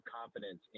confidence